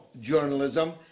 journalism